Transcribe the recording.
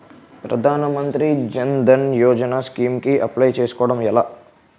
ప్రధాన మంత్రి జన్ ధన్ యోజన స్కీమ్స్ కి అప్లయ్ చేసుకోవడం ఎలా?